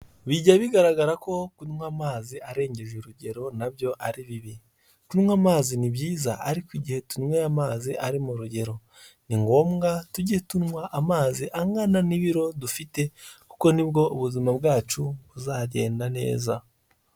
Bijya bigaragara ko kunywa amazi arengeje urugero na byo ari bibi, kunywa amazi ni byiza ariko igihe tunyweye amazi ari mu rugero, ni ngombwa tuge tunywa amazi angana n'ibiro dufite, kuko nibwo ubuzima bwacu buzagenda neza.